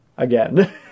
Again